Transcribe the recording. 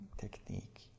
technique